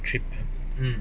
trip